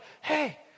Hey